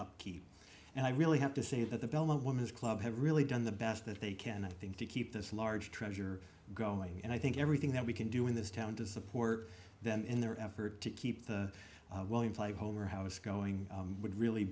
upkeep and i really have to say that the belmont women's club have really done the best that they can i think to keep this large treasure going and i think everything that we can do in this town to support them in their effort to keep the williams like home or how it's going would really